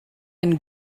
and